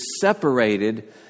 separated